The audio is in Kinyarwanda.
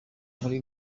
muri